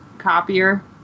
copier